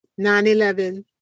9-11